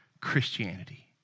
Christianity